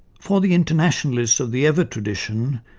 for the internationalists of the evatt tradition,